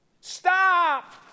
Stop